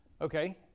Okay